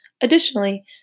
Additionally